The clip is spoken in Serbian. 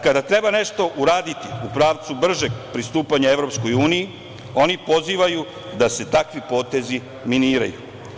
Kada treba nešto uraditi u pravcu bržeg pristupanja EU oni pozivaju da se takvi potezi miniraju.